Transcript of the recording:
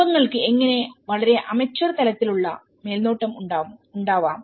കുടുംബങ്ങൾക്ക് എങ്ങനെ വളരെ അമേച്വർ തലത്തിലുള്ള മേൽനോട്ടം ഉണ്ടാവും